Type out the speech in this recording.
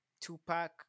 tupac